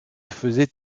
faisait